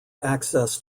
access